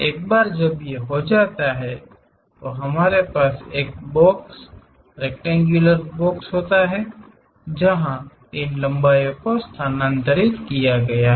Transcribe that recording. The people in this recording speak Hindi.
एक बार जब यह हो जाता है तो हमारे पास एक बॉक्स रेक्तेंग्युलर बॉक्स होता है जहां इन लंबाई को स्थानांतरित किया गया है